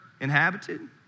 inhabited